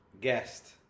guest